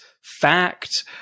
fact